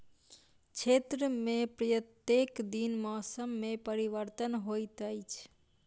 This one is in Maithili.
क्षेत्र में प्रत्येक दिन मौसम में परिवर्तन होइत अछि